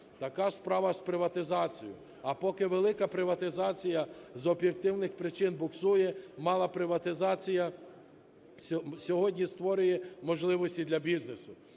Така справа з приватизацією. А поки велика приватизація з об'єктивних причин буксує, мала приватизація сьогодні створює можливості для бізнесу.